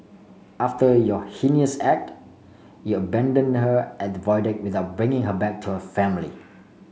after your heinous act you abandoned her at the Void Deck without bringing her back to her family